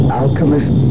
alchemist